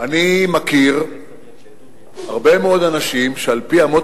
אני מכיר הרבה מאוד אנשים שעל-פי אמות